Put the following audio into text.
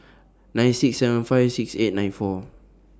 nine six seven five six eight nine four